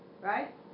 right